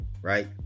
Right